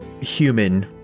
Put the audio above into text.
human